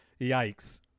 yikes